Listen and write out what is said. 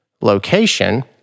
location